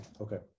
okay